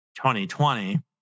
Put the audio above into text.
2020